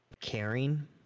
caring